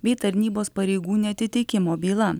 bei tarnybos pareigų neatitikimo byla